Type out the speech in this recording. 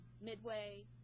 midway